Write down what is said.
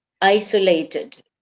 isolated